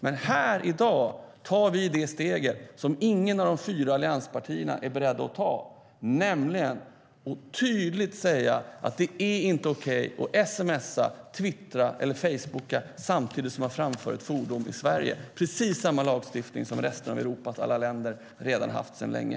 Men här i dag tar vi det steg som inget av de fyra allianspartierna är berett att ta, nämligen att tydligt säga att det inte är okej att sms:a, twittra eller facebooka samtidigt som man framför ett fordon i Sverige. Det är precis samma lagstiftning som resten av Europas länder redan har sedan länge.